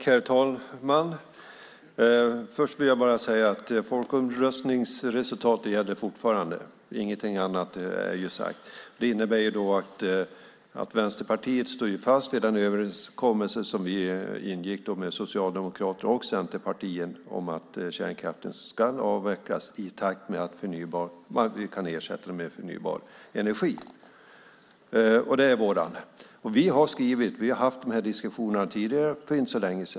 Herr talman! Folkomröstningsresultatet gäller fortfarande. Ingenting annat är sagt. Det innebär att Vänsterpartiet står fast vid den överenskommelse som vi ingick med Socialdemokraterna och Centerpartiet om att kärnkraften ska avvecklas i takt med att den kan ersättas med förnybar energi. Det är vår uppfattning. Vi har haft diskussionerna tidigare.